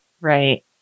Right